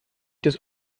das